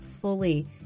fully